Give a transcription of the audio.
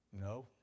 no